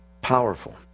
Powerful